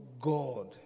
God